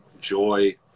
joy